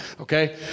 okay